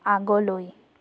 আগলৈ